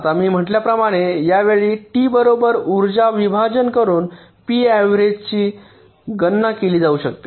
आता मी म्हटल्याप्रमाणे या वेळी टी बरोबर उर्जा विभाजन करुन पी अव्हरेजची गणना केली जाऊ शकते